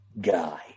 guy